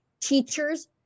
Teachers